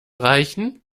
reichen